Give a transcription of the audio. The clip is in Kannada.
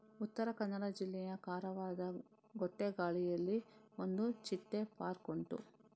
ಉತ್ತರ ಕನ್ನಡ ಜಿಲ್ಲೆಯ ಕಾರವಾರದ ಗೋಟೆಗಾಳಿಯಲ್ಲಿ ಒಂದು ಚಿಟ್ಟೆ ಪಾರ್ಕ್ ಉಂಟು